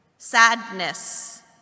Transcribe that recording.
sadness